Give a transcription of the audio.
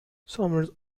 summers